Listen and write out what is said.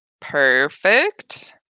Perfect